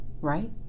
right